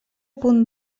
punt